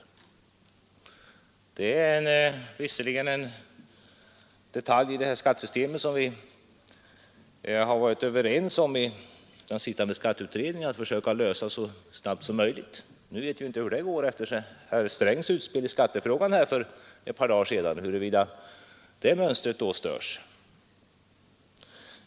Det är visserligen en detalj i skattesystemet som vi har varit överens i den sittande skatteutredningen om att försöka få en lösning på så snabbt som möjligt, men efter herr Strängs utspel i skattefrågan för ett par dagar sedan vet vi inte huruvida det mönstret störs.